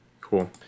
Cool